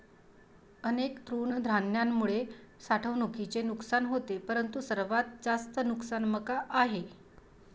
अनेक तृणधान्यांमुळे साठवणुकीचे नुकसान होते परंतु सर्वात जास्त नुकसान मका आहे